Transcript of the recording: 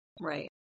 Right